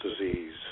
disease